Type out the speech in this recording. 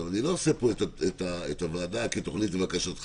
אבל אני לא עושה את הוועדה כתוכנית לבקשתך,